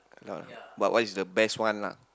okay lah but what's the best one lah